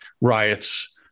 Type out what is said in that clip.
riots